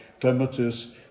clematis